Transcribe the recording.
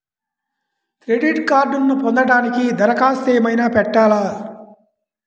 Credit కార్డ్ను పొందటానికి దరఖాస్తు ఏమయినా పెట్టాలా?